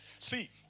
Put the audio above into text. See